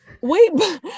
wait